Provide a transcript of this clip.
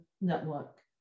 network